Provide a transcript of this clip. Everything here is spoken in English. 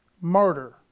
murder